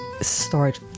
start